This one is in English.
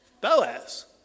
Boaz